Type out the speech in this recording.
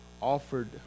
offered